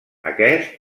aquest